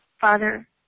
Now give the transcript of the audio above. Father